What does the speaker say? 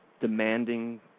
demanding